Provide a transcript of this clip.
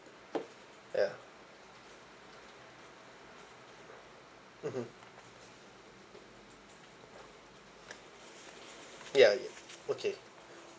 ya mmhmm ya ya okay